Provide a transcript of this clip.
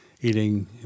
eating